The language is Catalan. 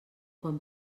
quan